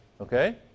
okay